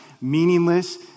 meaningless